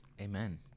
Amen